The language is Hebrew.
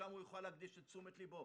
לשם הוא יוכל להקדיש את תשומת לבו.